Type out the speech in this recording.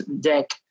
deck